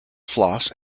floss